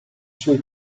suoi